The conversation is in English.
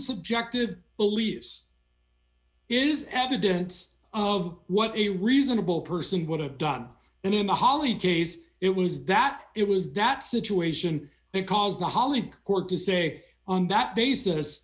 subjective beliefs is evidence of what a reasonable person would have done and in the holly case it was that it was that situation that caused the holly court to say on that basis